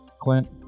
Clint